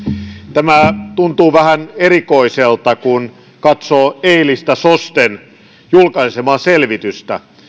tämä tuntuu vähän erikoiselta kun katsoo eilistä sosten julkaisemaa selvitystä